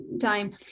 time